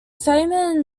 feynman